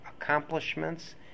accomplishments